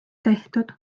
tehtud